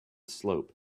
slope